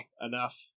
Enough